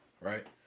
right